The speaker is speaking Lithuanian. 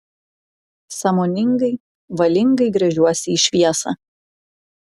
sąmoningai valingai gręžiuosi į šviesą